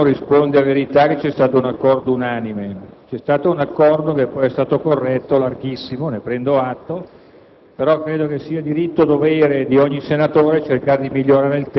richiesta un pochino curiosa, perché intanto non risponde a verità che vi sia stato un accordo unanime: c'è stato un accordo, che è stato corretto, larghissimo e ne prendo atto,